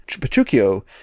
Petruchio